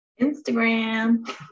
Instagram